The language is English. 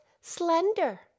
slender